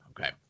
okay